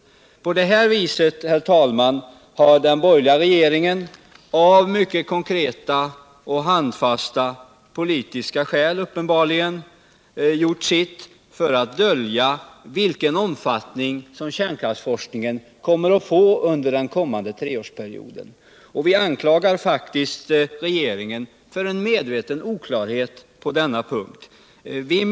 På det här viset har den borgerliga regeringen av uppenbarligen mycket konkreta politiska skäl gjort si för att dölja vilken omfattning kärnkraftsforskningen kommer att få inom den kommande treårsperioden. Vi anklagar Faktiskt regeringen för en medveten oklarhet på denna punkt.